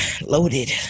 Loaded